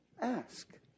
ask